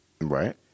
Right